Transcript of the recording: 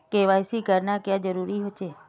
KYC करना क्याँ जरुरी होचे?